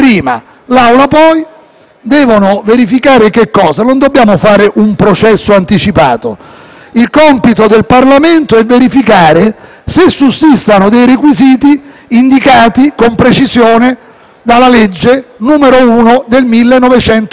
il compito del Parlamento è verificare se sussistano dei requisiti indicati con precisione dalla legge n. 1 del 1989, una legge costituzionale che ha introdotto questa procedura. Mi accingo